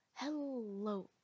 Hello